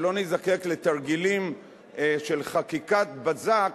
ולא נזדקק לתרגילים של חקיקת בזק